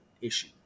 issue